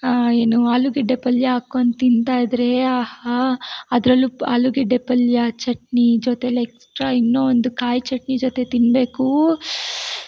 ಹಾಂ ಏನು ಆಲೂಗಡ್ಡೆ ಪಲ್ಯ ಹಾಕ್ಕೊಂಡು ತಿಂತಾಯಿದ್ದರೆ ಆಹಾ ಅದರಲ್ಲೂ ಪ್ ಆಲುಗಡ್ಡೆ ಪಲ್ಯ ಚಟ್ನಿ ಜೊತೆಲಿ ಎಕ್ಸ್ಟ್ರಾ ಇನ್ನೂ ಒಂದು ಕಾಯಿ ಚಟ್ನಿ ಜೊತೆ ತಿನ್ನಬೇಕೂ